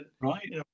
Right